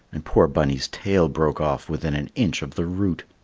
and poor bunny's tail broke off within an inch of the root.